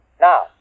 Now